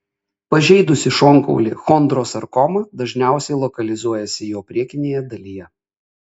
pažeidusi šonkaulį chondrosarkoma dažniausiai lokalizuojasi jo priekinėje dalyje